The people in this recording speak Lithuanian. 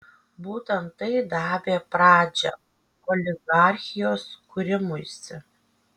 būtent tai davė pradžią oligarchijos kūrimuisi